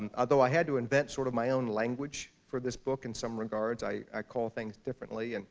although i had to invent sort of my own language for this book in some regards. i i call things differently. and